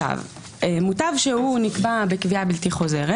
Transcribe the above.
מוטב שנקבע בקביעה בלתי חוזרת,